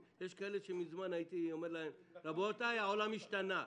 יש שהייתי אומר להם מזמן: העולם השתנה.